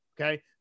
Okay